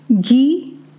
ghee